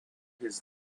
his